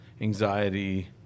anxiety